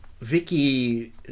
Vicky